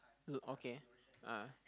uh okay ah